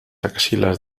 axilas